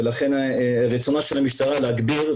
ולכן רצונה של המשטרה להגביר,